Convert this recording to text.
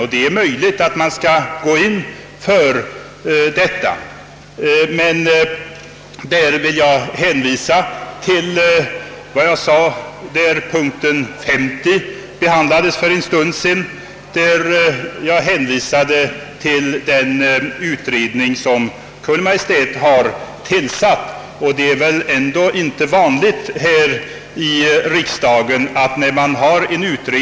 Det är mycket möjligt att verksamheten bör utvidgas, men jag vill hänvisa till vad jag sade när punkt 50 behandlades för en stund sedan om den utredning som Kungl. Maj:t har tillsatt. Utredningen håller på att arbeta och har aviserat ett förslag om ett år.